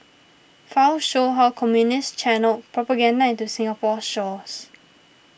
files show how Communists channelled propaganda into Singapore's shores